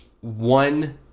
one